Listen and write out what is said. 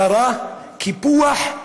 הדרה, קיפוח.